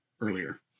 earlier